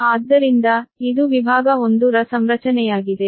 ಆದ್ದರಿಂದ ಇದು ವಿಭಾಗ 1 ರ ಸಂರಚನೆಯಾಗಿದೆ